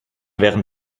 wären